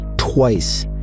Twice